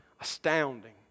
astounding